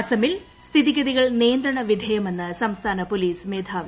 അസമിൽ സ്ഥിതിഗതികൾ നിയന്ത്രണ വീധേയമെന്ന് സംസ്ഥാന പൊലീസ് മേധാവി